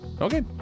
Okay